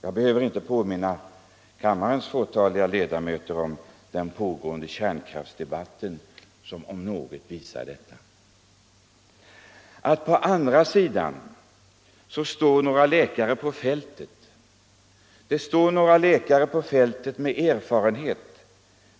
Jag behöver inte påminna kammarens fåtaliga ledamöter om den pågående kärnkraftsdebatten, som om något visar detta. Att det på andra sidan står några läkare på fältet med erfarenhet,